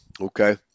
okay